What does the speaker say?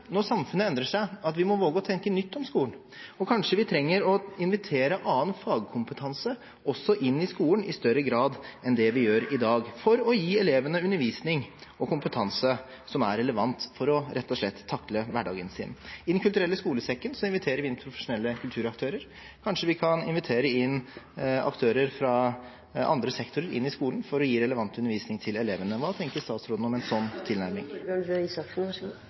når samfunnet endrer seg, må vi våge å tenke nytt om skolen. Kanskje vi trenger å invitere også annen fagkompetanse inn i skolen i større grad enn det vi gjør i dag, for å gi elevene undervisning og kompetanse som er relevant, for rett og slett å takle hverdagen sin. I Den kulturelle skolesekken inviterer vi inn profesjonelle kulturaktører. Kanskje vi kan invitere aktører fra andre sektorer inn i skolen for å gi relevant undervisning til elevene. Hva tenker statsråden om en sånn tilnærming?